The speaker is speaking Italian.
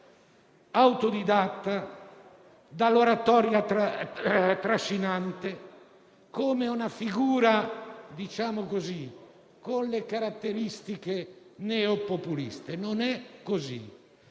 autodidatta, dall'oratoria trascinante, come una figura dalle caratteristiche neopopuliste: non è così.